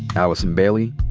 allison bailey,